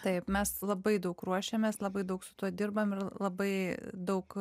taip mes labai daug ruošiamės labai daug su tuo dirbam ir labai daug